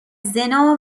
زنا